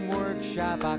workshop